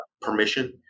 permission